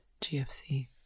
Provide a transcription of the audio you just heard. GFC